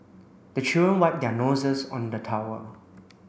the children wipe their noses on the towel